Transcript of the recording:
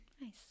Nice